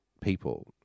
people